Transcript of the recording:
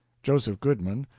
joseph goodman,